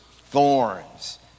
thorns